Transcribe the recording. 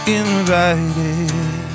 invited